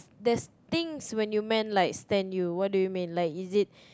there's things where you meant like stand you